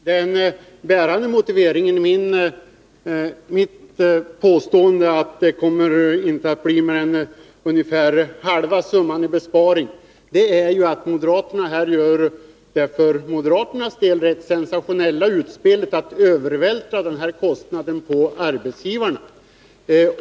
Herr talman! Den bärande motiveringen i mitt påstående, att besparingen inte kommer att bli större än ungefär hälften av den nämnda summan, är ju att moderaterna här gör det för moderaternas del rätt sensationella utspelet att övervältra denna kostnad på arbetsgivarna.